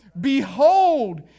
Behold